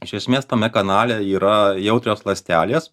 iš esmės tame kanale yra jautrios ląstelės